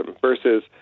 versus